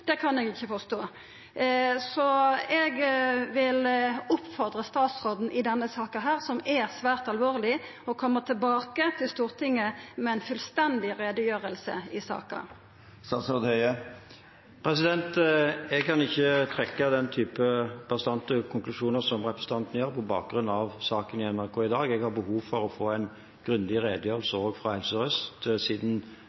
kan eg ikkje forstå. Eg vil oppmoda statsråden i denne saka, som er svært alvorleg, om å koma tilbake til Stortinget med ei fullstendig utgreiing om saka. Jeg kan ikke trekke den typen bastante konklusjoner som representanten gjør, på bakgrunn av saken i NRK i dag. Jeg har behov for å få en grundig redegjørelse,